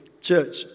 Church